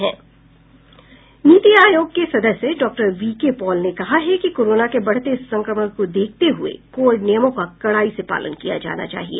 नीति आयोग के सदस्य डॉक्टर वीके पॉल ने कहा है कि कोरोना के बढ़ते संक्रमण को देखते हुए कोविड नियमों का कड़ाई से पालन किया जाना चाहिए